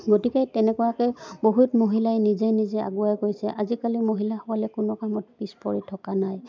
গতিকে তেনেকুৱাকৈ বহুত মহিলাই নিজে নিজেই আগুৱাই গৈছে আজিকালি মহিলাসকলে কোনো কামত পিছ পৰি থকা নাই